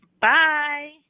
Bye